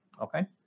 Okay